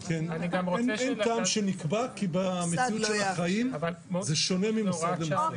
אין טעם שנקבע כי בחיים זה שונה ממוסד למוסד.